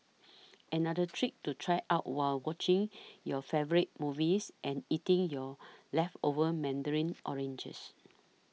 another trick to try out while watching your favourite movies and eating your leftover Mandarin oranges